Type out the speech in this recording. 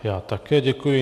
Já také děkuji.